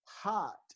hot